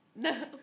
No